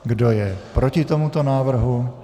Kdo je proti tomuto návrhu?